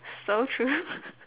so true